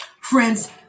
Friends